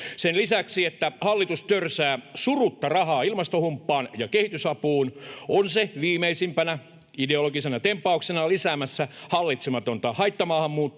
Sen lisäksi, että hallitus törsää surutta rahaa ilmastohumppaan ja kehitysapuun, on se viimeisimpänä ideologisena tempauksenaan lisäämässä hallitsematonta haittamaahanmuuttoa